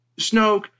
Snoke